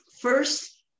First